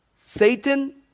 Satan